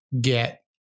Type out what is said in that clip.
get